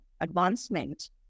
advancement